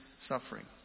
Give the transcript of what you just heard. suffering